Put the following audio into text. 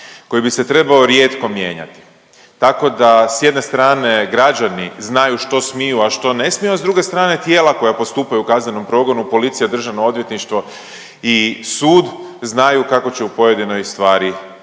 koji bi se trebao rijetko mijenjati, tako da s jedne strane građani znaju što smiju, a što ne smiju, a s druge strane tijela koja postupaju u kaznenom progonu policija, državno odvjetništvo i sud znaju kako će u pojedinoj stvari